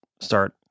start